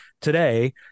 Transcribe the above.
today